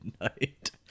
night